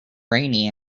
rainy